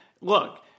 Look